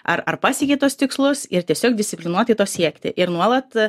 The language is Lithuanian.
ar ar pasiekei tuos tikslus ir tiesiog disciplinuotai to siekti ir nuolat